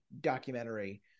documentary